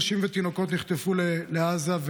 נשים ותינוקות נחטפו לעזה,